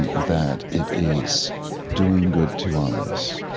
and that it is doing good to others,